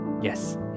Yes